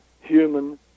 human